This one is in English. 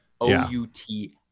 O-U-T